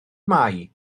mae